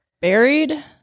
buried